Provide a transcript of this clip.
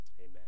Amen